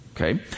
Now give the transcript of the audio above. Okay